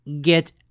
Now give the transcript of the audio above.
get